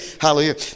Hallelujah